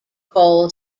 call